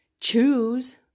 choose